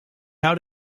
out